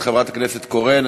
את חברת הכנסת קורן,